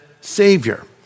Savior